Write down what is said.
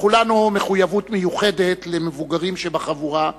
לכולנו מחויבות מיוחדת למבוגרים שבחבורה,